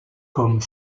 comme